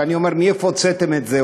ואני אומר: מאיפה הוצאתם את זה,